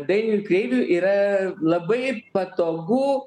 dainiui kreiviui yra labai patogu